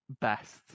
best